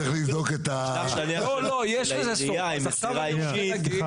אם תשלח שליח מהעירייה עם מסירה אישית,